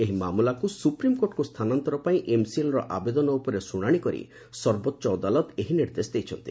ଏହି ମାମଲାକୁ ସୁପ୍ରିମ୍କୋର୍ଟକୁ ସ୍ଚାନାନ୍ନର ପାଇଁ ଏମ୍ସିଏଲ୍ର ଆବେଦନ ଉପରେ ଶ୍ରୁଶାଶି କରି ସର୍ବୋଚ ଅଦାଲତ ଏହି ନିର୍ଦ୍ଦେଶ ଦେଇଛନ୍ତି